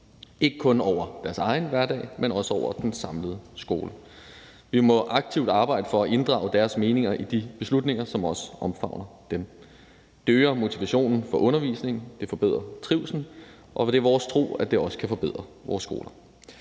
ikke kun over deres egen hverdag, men også over den samlede skole. Vi må aktivt arbejde for at inddrage deres meninger i de beslutninger, som også omfavner dem. Det øger motivationen for undervisningen, og det forbedrer trivslen, og det er vores tro, at det også kan forbedre vores skoler.